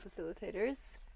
facilitators